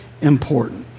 important